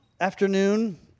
afternoon